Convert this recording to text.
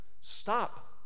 stop